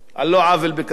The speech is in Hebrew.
על לא עוול בכפם,